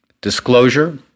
disclosure